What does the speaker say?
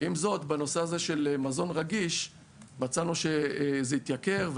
בנושא הזה של מזון רגיש מצאנו שזה התייקר,